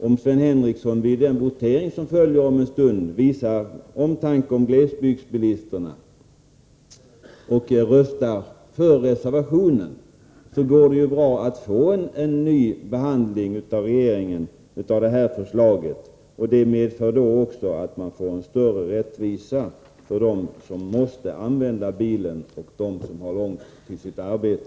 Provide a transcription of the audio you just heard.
Om Sven Henricsson vid den votering som följer om en stund visar omtanke om glesbygdsbilisterna och röstar för reservationen får vi till stånd en ny behandling av förslaget av regeringen, och det medför också en större rättvisa för dem som måste använda bilen och för dem som har långt till sitt arbete.